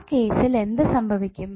ആ കേസിൽ എന്ത് സംഭവിക്കും